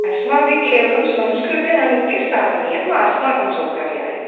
अस्माभिः केवलं संस्कृते अनूद्य स्थापनीयम् अस्माकं सौकर्याय